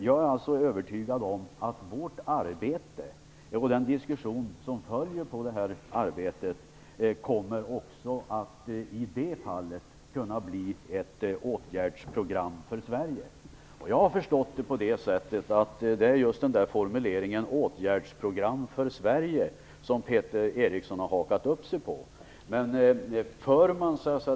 Jag är ändå övertygad om att vårt arbete och den diskussion som följer på det här arbetet i det fallet kommer att kunna bli ett åtgärdsprogram för Sverige. Jag har förstått det som att det just är formuleringen "åtgärdsprogram för Sverige" som Peter Eriksson har hakat upp sig på.